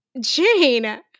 Jane